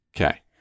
Okay